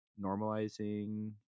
normalizing